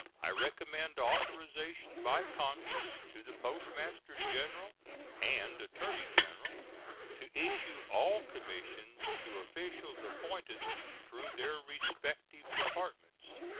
i recommend authorization by congress to the postmaster-general and attorney-general to issue all commissions to officials appointed through their respective departments.